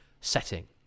setting